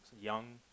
Young